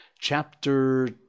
chapter